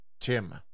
Tim